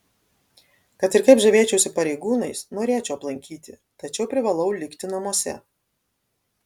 kad ir kaip žavėčiausi pareigūnais norėčiau aplankyti tačiau privalau likti namuose